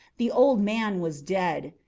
the old man was dead.